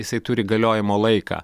jisai turi galiojimo laiką